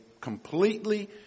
completely